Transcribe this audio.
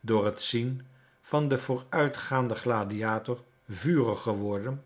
door het zien van den vooruitgaanden gladiator vurig geworden